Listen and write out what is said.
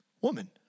Woman